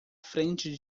frente